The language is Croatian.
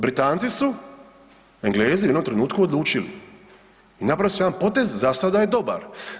Britanci su, Englezi u jednom trenutku odlučili i napravili su jedan potez, za sada je dobar.